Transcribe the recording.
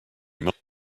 must